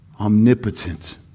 omnipotent